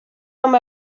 been